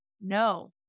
No